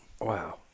Wow